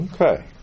Okay